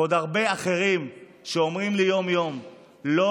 ועוד הרבה אחרים שאומרים לי יום-יום שלא